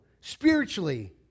spiritually